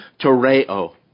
toreo